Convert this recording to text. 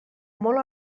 molt